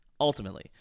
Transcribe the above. ultimately